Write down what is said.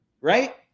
right